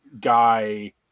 guy